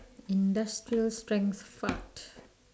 industrial strengths fart